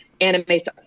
animates